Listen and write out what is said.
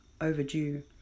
overdue